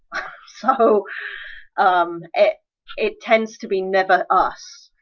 so um it it tends to be never us.